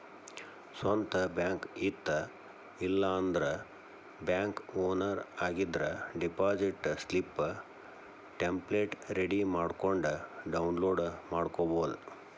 ಸ್ವಂತ್ ಬ್ಯಾಂಕ್ ಇತ್ತ ಇಲ್ಲಾಂದ್ರ ಬ್ಯಾಂಕ್ ಓನರ್ ಆಗಿದ್ರ ಡೆಪಾಸಿಟ್ ಸ್ಲಿಪ್ ಟೆಂಪ್ಲೆಟ್ ರೆಡಿ ಮಾಡ್ಕೊಂಡ್ ಡೌನ್ಲೋಡ್ ಮಾಡ್ಕೊಬೋದು